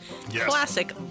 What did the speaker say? classic